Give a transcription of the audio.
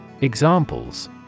Examples